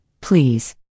please